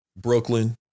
Brooklyn